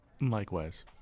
Likewise